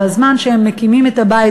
בזמן שהם מקימים את הבית,